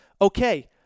okay